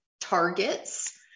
targets